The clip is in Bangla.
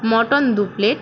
মটন দু প্লেট